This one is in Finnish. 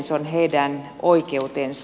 se on heidän oikeutensa